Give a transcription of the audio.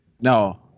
No